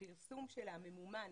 הפרסום שלה ממומן